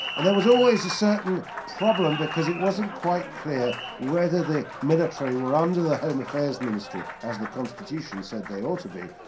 and there was always a certain problem because it wasn't quite clear whether the military were under the home affairs ministry, as the constitution said they ought to be,